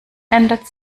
ändert